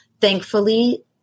Thankfully